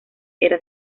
era